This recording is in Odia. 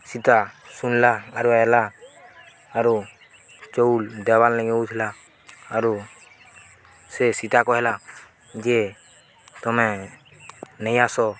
ସୀତା ଶୁଣଲା ଆରୁ ହେଲା ଆରୁ ଚାଉଲ୍ ଦେୱାର୍ ଲାଗି ନେଉଥିଲା ଆରୁ ସେ ସୀତା କହେଲା ଯେ ତମେ ନେଇଆସ